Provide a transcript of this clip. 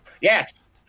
yes